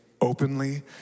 openly